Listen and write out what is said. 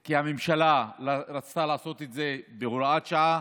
כי הממשלה רצתה לעשות את זה בהוראת שעה,